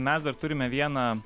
mes dar turime vieną